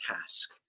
task